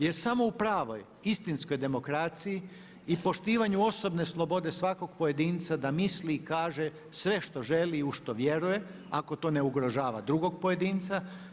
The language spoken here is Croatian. Jer samo u pravoj istinskoj demokraciji i poštivanju osobne slobode svakog pojedinca da misli i kaže sve što želi i u što vjeruje ako to ne ugrožava drugog pojedinca.